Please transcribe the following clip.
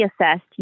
assessed